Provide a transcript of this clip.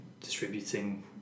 distributing